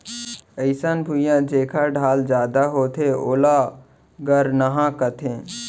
अइसन भुइयां जेकर ढाल जादा होथे ओला गरनहॉं कथें